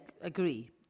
agree